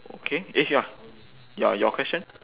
okay eh ya ya your question